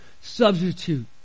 substitute